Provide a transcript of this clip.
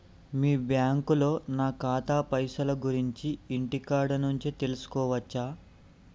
మీ బ్యాంకులో నా ఖాతాల పైసల గురించి ఇంటికాడ నుంచే తెలుసుకోవచ్చా?